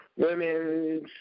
women's